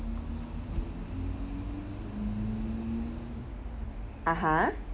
(uh huh)